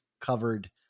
covered